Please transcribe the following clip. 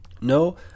No